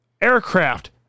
aircraft